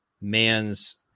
man's